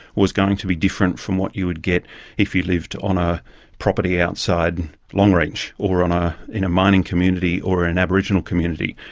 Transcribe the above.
was going to be different from what you would get if you lived on a property outside longreach, or ah in a mining community or an aboriginal community.